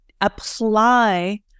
apply